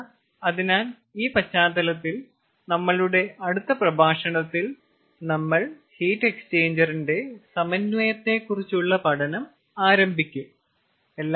അതിനാൽ ഈ പശ്ചാത്തലത്തിൽ നമ്മളുടെ അടുത്ത പ്രഭാഷണത്തിൽ നമ്മൾ ഹീറ്റ് എക്സ്ചേഞ്ചറിന്റെ സമന്വയത്തെ കുറിച്ചുള്ള പഠനം ആരംഭിക്കും